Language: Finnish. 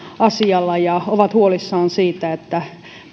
asialla ja huolissaan siitä että